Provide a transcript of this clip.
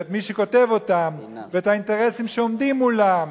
ואת מי שכותב אותן ואת האינטרסים שעומדים מולם.